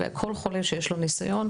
וכל חולה שיש לו ניסיון,